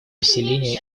поселения